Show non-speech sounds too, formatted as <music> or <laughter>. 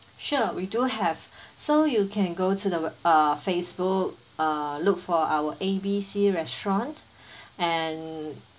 sure we do have <breath> so you can go to the web~ uh Facebook uh look for our A B C restaurant <breath> and